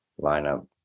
lineup